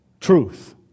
truth